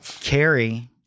Carrie